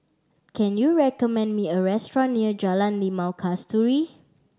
can you recommend me a restaurant near Jalan Limau Kasturi